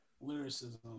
Lyricism